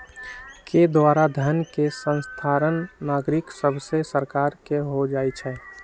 के द्वारा धन के स्थानांतरण नागरिक सभसे सरकार के हो जाइ छइ